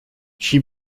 she